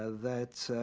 ah that,